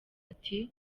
ati